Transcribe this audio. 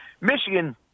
Michigan